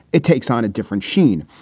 it takes on a different sheen.